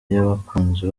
y’abakunzi